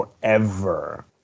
forever